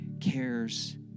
cares